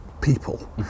people